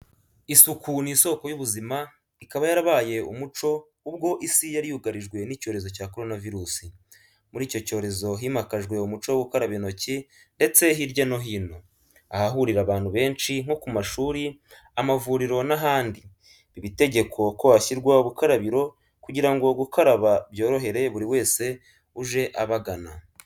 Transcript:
Isuku ni isoko y'ubuzima ikaba yarabaye umuco ubwo isi yari yugarijwe n'icyorezo cya Korona virusi. Muri icyo cyorezo himakajwe umuco wo gukaraba intoki ndetse hirya no hino, ahahurira abantu benshi nko ku mashuri, amavuriro n'ahandi biba itegeko ko hashyirwa ubukarabiro kugira ngo gukaraba byorohere buri wese uje abagana.